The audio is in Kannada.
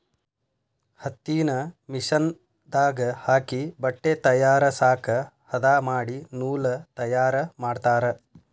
ಹತ್ತಿನ ಮಿಷನ್ ದಾಗ ಹಾಕಿ ಬಟ್ಟೆ ತಯಾರಸಾಕ ಹದಾ ಮಾಡಿ ನೂಲ ತಯಾರ ಮಾಡ್ತಾರ